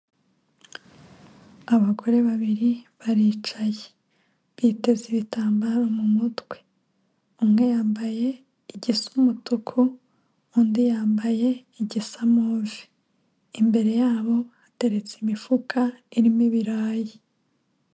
Abagore babiri baricaye, biteze ibitambaro mu mutwe, umwe yambaye igisa umutuku, undi yambaye igisa move. Imbere yabo hateretse imifuka irimo ibirayi.